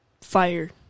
Fire